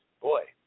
Boy